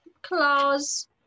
Claws